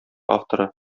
авторы